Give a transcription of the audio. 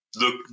Look